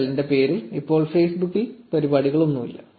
nptel ന്റെ പേരിൽ ഇപ്പോൾ Facebook പരിപാടികളൊന്നുമില്ല